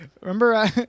remember